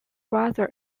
brother